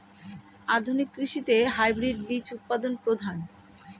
আধুনিক কৃষিতে হাইব্রিড বীজ উৎপাদন প্রধান